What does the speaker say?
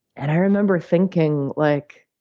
and i remember thinking, like